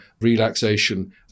relaxation